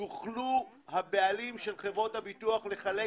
יוכלו הבעלים של חברות הביטוח לחלק